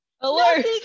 Alert